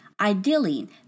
Ideally